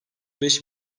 beş